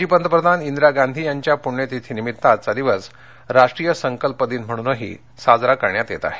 माजी पंतप्रधान इंदिरा गांधी यांच्या पुण्यतिथीनिमित्त आजचा दिवस राष्ट्रीय संकल्प दिन म्हणूनही साजरा करण्यात येणार आहे